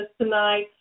tonight